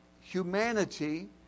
humanity